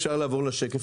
(שקף: